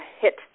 hit